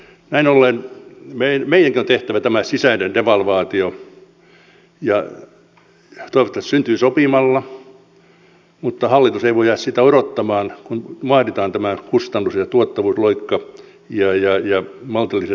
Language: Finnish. näin ollen meidän on tehtävä tämä sisäinen devalvaatio ja toivottavasti se syntyy sopimalla mutta hallitus ei voi jäädä sitä odottamaan kun vaaditaan tämä kustannus ja tuottavuusloikka ja maltilliset tuloratkaisut